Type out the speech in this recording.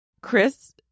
Chris